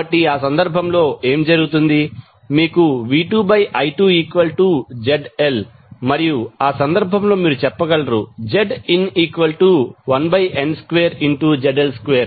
కాబట్టి ఆ సందర్భంలో ఏమి జరుగుతుంది మీకు V2I2ZL మరియు ఆ సందర్భంలో మీరు చెప్పగలరు Zin1n2ZL2